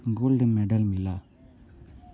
gold medal मिला